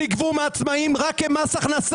שילמנו ארנונה, ושילמנו את משכורות